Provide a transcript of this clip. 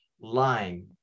lying